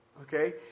Okay